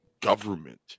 government